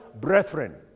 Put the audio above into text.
brethren